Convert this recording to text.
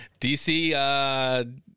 DC